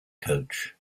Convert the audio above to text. coach